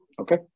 Okay